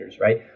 right